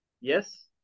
yes